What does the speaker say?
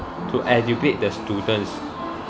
to educate the students